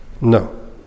No